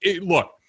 look